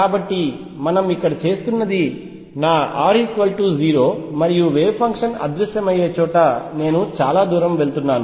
కాబట్టి మనము ఇక్కడ చేస్తున్నది నా r 0 మరియు వేవ్ ఫంక్షన్ అదృశ్యమయ్యే చోట నేను చాలా దూరం వెళ్తున్నాను